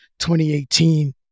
2018